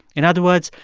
in other words,